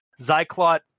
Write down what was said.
Zyklot